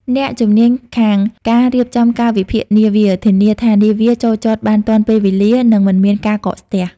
អ្នកជំនាញខាងការរៀបចំកាលវិភាគនាវា ធានាថានាវាចូលចតបានទាន់ពេលវេលា និងមិនមានការកកស្ទះ។